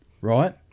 right